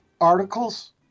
articles